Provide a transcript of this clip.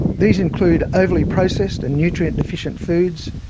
these include overly processed and nutrient deficient foods,